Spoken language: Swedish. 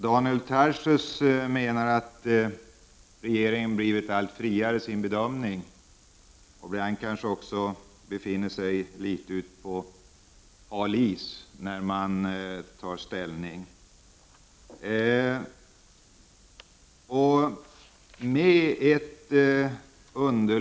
Daniel Tarschys menar att regeringen blivit allt friare i sin bedömning och ibland kanske också befinner sig ute på litet hal is i sina ställningstaganden.